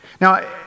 Now